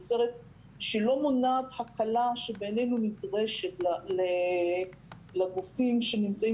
שלא מונעת הקלה שבעינינו נדרשת לגופים שנמצאים